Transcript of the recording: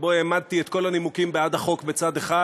שבו העמדתי את כל הנימוקים בעד החוק בצד אחד,